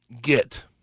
get